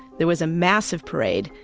there was a massive parade.